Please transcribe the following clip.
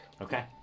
Okay